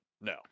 no